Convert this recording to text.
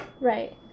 Right